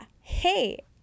hey